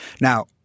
Now